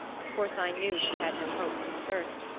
of course i knew she had no hope from the first.